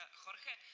jorge,